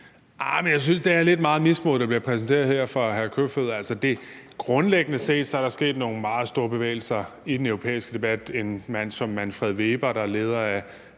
Jeg synes, det er lidt meget mismod, der bliver præsenteret her fra hr. Peter Kofods side. Altså, grundlæggende set er der sket nogle meget store bevægelser i den europæiske debat. En mand som Manfred Weber, der er leder af